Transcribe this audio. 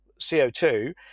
CO2